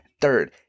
third